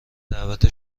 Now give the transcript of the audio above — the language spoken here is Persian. دعوت